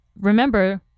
remember